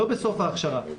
לא בסוף ההכשרה.